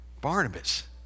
Barnabas